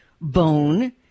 bone